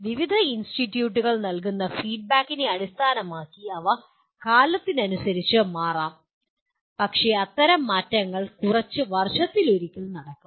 വിവിധ ഇൻസ്റ്റിറ്റ്യൂട്ടുകൾ നൽകുന്ന ഫീഡ്ബാക്കിനെ അടിസ്ഥാനമാക്കി അവ കാലത്തിനനുസരിച്ച് മാറാം പക്ഷേ അത്തരം മാറ്റങ്ങൾ കുറച്ച് വർഷത്തിലൊരിക്കൽ നടക്കും